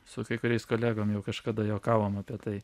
su kai kuriais kolegom jau kažkada juokavom apie tai